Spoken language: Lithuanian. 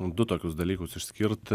du tokius dalykus išskirti